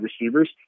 receivers